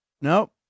Nope